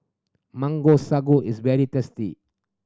Mango Sago is very tasty